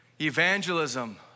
Evangelism